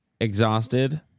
exhausted